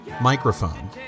microphone